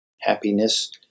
happiness